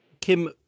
Kim